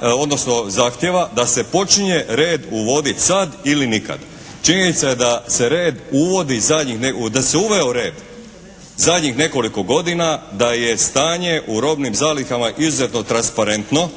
odnosno zahtjeva da se počinje red uvoditi sada ili nikada. Činjenica je da se red uvodi, da se uveo red zadnjih nekoliko godina, da je stanje u robnim zalihama izuzetno transparentno,